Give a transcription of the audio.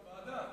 ועדה.